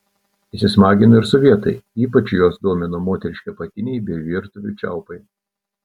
įsismagino ir sovietai ypač juos domino moteriški apatiniai bei virtuvių čiaupai